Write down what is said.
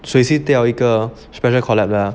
随时一个 special collab 的 ah